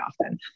often